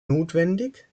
notwendig